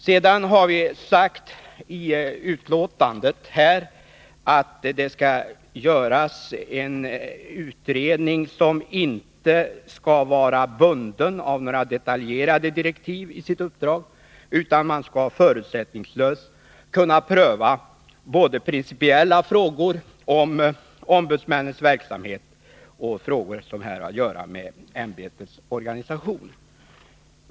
Sedan har vi i utskottsbetänkandet framfört att den utredning som skall göras inte bör vara bunden av några detaljerade direktiv i sitt uppdrag utan kunna förutsättningslöst pröva både principiella frågor om ombudsmännens verksamhet och frågor som har att göra med ämbetets organisation.